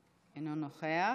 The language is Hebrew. אינו נוכח.